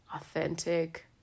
authentic